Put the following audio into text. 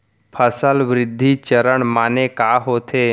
फसल वृद्धि चरण माने का होथे?